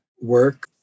work